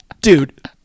dude